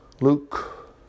Luke